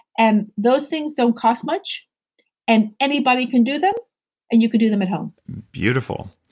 and those things don't cost much and anybody can do them and you can do them at home beautiful.